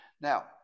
Now